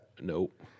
Nope